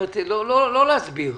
לא להסביר.